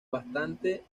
bastante